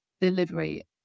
delivery